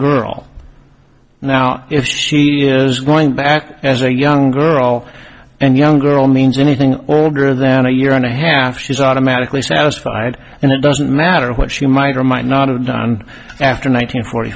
girl now if she was going back as a young girl and young girl means anything older than a year and a half she's automatically satisfied and it doesn't matter what she might or might not have after nine